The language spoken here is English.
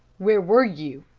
where were you?